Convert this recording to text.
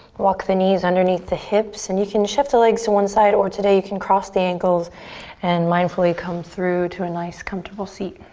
walk the knees underneath the hips and you can shift the legs to one side or today you can cross the ankles and mindfully come through to a nice, comfortable seat.